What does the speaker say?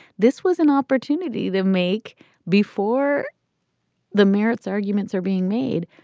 this was an opportunity they make before the merits arguments are being made,